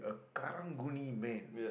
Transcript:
Karang-Guni man